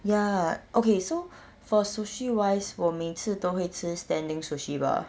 ya okay so for sushi wise 我每次都会吃 standing sushi bar